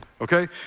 Okay